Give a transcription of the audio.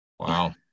Wow